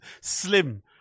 Slim